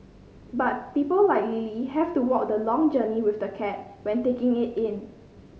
but people like Lily have to walk the long journey with the cat when taking it in